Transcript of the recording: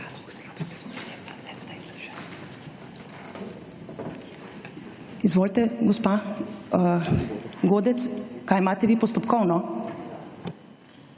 Izvolite, gospa Godec; kaj imate vi postopkovno?